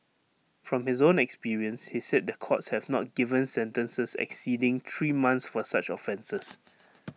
from his own experience he said the courts have not given sentences exceeding three months for such offences